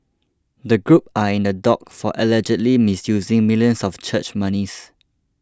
the group are in the dock for allegedly misusing millions of church monies